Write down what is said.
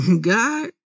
God